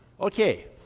Okay